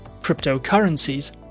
cryptocurrencies